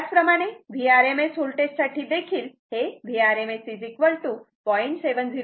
त्याचप्रमाणे Vrms voltage साठी देखील हे Vrms0